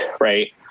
right